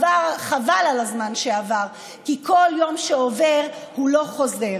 חבל על הזמן שעבר, כי כל יום שעובר, לא חוזר.